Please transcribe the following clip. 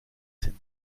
sind